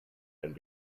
and